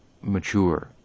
mature